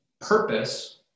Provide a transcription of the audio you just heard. purpose